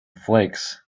flakes